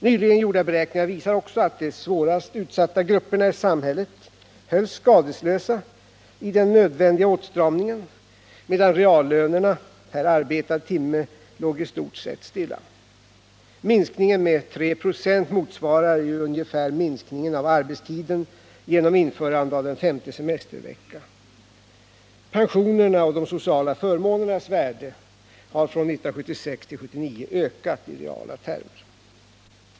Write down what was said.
Nyligen gjorda beräkningar visar också att de svårast utsatta grupperna i samhället hölls skadeslösa i den nödvändiga åtstramningen, medan reallönerna per arbetad timme i stort sett låg stilla. Minskningen med 3 26 motsvarar ju ungefär minskningen av arbetstiden genom införande av den femte semesterveckan. Pensionerna och de sociala förmånernas värde har från 1976 till 1979 ökat i reala termer.